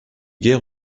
guère